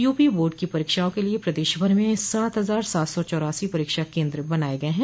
UP board की परीक्षाओं के लिये प्रदेश भर में सात हजार सात सौ चौरासी परीक्षा केन्द्र बनाये गये हैं